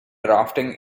rafting